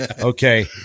Okay